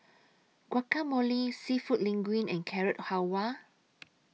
Guacamole Seafood Linguine and Carrot Halwa